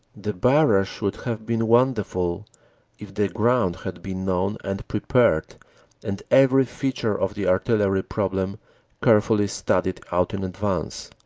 the barrage would have been wonderful if the ground had been known and prepared and every feature of the artillery problem carefully studied out in advance.